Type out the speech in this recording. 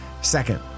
Second